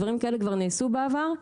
דברים כאלה כבר נעשו בעבר.